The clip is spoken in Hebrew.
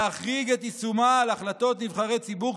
להחריג את יישומה על החלטות נבחרי ציבור,